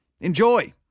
Enjoy